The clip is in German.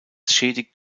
schädigt